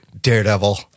Daredevil